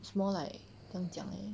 it's more like 怎样讲 eh